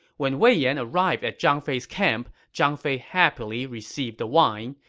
when wei yan arrived at zhang fei's camp, zhang fei happily received the wine.